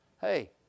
Hey